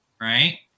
right